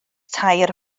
tair